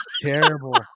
terrible